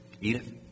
Edith